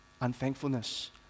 Unthankfulness